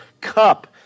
cup